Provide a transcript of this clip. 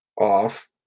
off